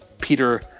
Peter